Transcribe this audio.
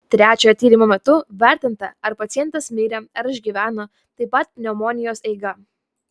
trečiojo tyrimo metu vertinta ar pacientas mirė ar išgyveno taip pat pneumonijos eiga